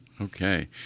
Okay